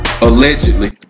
allegedly